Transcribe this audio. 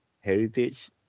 heritage